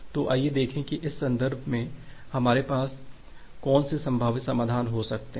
तो आइए देखें कि इस संदर्भ में हमारे पास कौन से संभावित समाधान हो सकते हैं